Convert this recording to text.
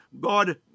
God